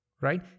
right